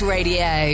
Radio